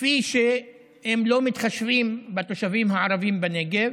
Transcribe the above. כפי שהם לא מתחשבים בתושבים הערבים בנגב